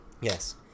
Yes